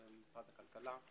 ממשרד הכלכלה.